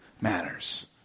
matters